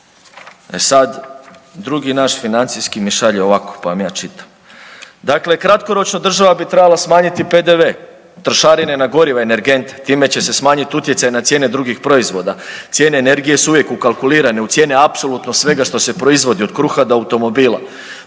E sad, drugi naš financijski mi šalje ovako pa vam ja čitam. Dakle, kratkoročno, država bi trebala smanjiti PDV, trošarine na goriva i energente, time će se smanjiti utjecaj na cijene drugih proizvoda, cijene energije su uvijek ukalkulirane u cijene apsolutno svega što se proizvodi od kruha do automobila.